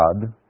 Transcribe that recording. God